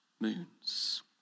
moons